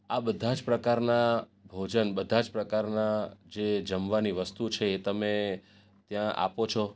આ બધાં જ પ્રકારનાં ભોજન બધા જ પ્રકારનાં જે જમવાની વસ્તુ છે એ તમે ત્યાં આપો છો